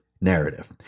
narrative